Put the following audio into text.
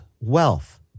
wealth